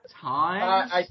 times